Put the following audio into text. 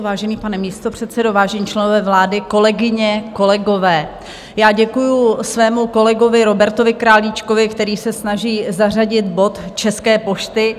Vážený pane místopředsedo, vážení členové vlády, kolegyně, kolegové, děkuji svému kolegovi Robertovi Králíčkovi, který se snaží zařadit bod České pošty.